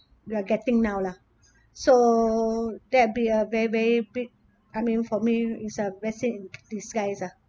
you are getting now lah so there'll be a very very big I mean for me it's a blessing in disguise lah